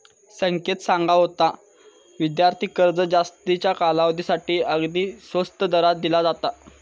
संकेत सांगा होतो, विद्यार्थी कर्ज जास्तीच्या कालावधीसाठी अगदी स्वस्त दरात दिला जाता